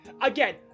Again